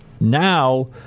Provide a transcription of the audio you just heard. now –